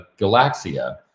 galaxia